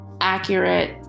accurate